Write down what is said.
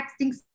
texting